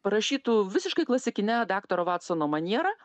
parašytų visiškai klasikine daktaro vatsono maniera